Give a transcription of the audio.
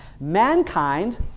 mankind